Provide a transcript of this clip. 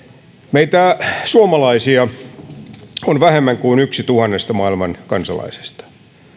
meitä suomalaisia on vähemmän kuin yksi tuhannesta maailman kansalaisesta